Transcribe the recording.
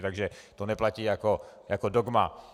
Takže to neplatí jako dogma.